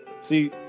See